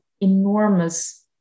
enormous